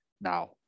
now